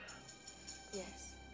Yes